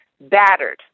battered